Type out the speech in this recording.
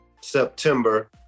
September